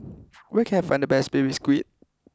where can I find the best Baby Squid